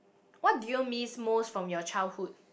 what do you miss most from your childhood